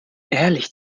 ehrlich